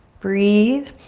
breathe.